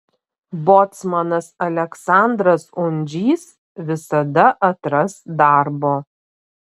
bocmanas aleksandras undžys visada atras darbo